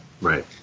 Right